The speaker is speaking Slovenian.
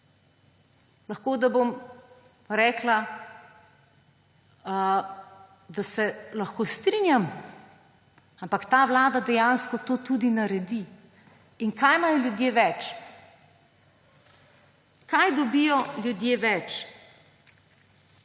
Lahko, bom rekla, da se lahko strinjam, ampak ta vlada dejansko to tudi naredi. In kaj imajo ljudje več? Kaj dobijo ljudje več?